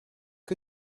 que